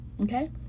okay